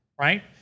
right